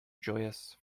joyous